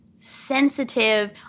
sensitive